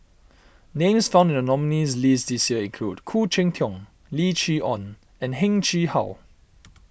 names found in the nominees' list this year include Khoo Cheng Tiong Lim Chee Onn and Heng Chee How